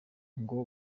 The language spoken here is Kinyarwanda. ngo